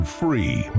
free